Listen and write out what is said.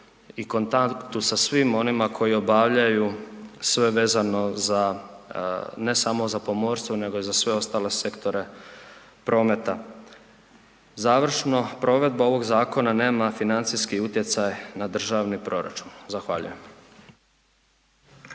i kontaktu sa svim onim koji obavljaju sve vezano ne samo za pomorstvo nego i za sve ostale sektore prometa. Završno, provedba ovog zakona nema financijski utjecaj na državni proračun. Zahvaljujem.